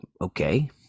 Okay